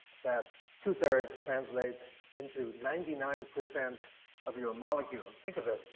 that two-thirds translates into ninety nine percent of your molecules. think of it,